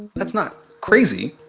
that's not crazy,